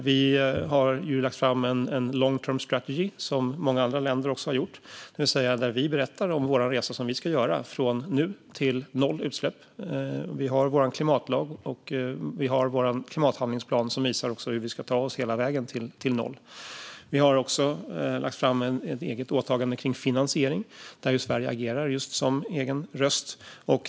Vi har lagt fram en long-term strategy, vilket många andra länder också har gjort, där vi berättar om vår resa som vi ska göra från nu till noll utsläpp. Vi har vår klimatlag och vår klimathandlingsplan, som visar hur vi ska ta oss hela vägen till noll. Vi har också lagt fram ett eget åtagande kring finansiering, där ju Sverige agerar just som egen röst.